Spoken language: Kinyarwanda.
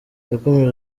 yakomeje